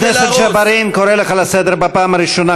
חבר הכנסת ג'בארין, קורא אותך לסדר בפעם הראשונה.